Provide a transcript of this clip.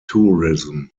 tourism